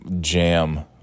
Jam